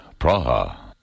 Praha